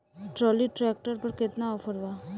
Trolley tractor पर केतना offer बा?